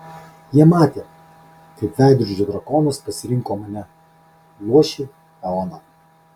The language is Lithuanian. jie matė kaip veidrodžio drakonas pasirinko mane luošį eoną